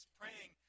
praying